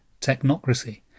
technocracy